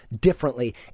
differently